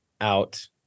out